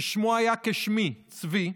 ששמו שהיה כשמי, צבי,